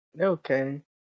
okay